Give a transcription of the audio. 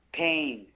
pain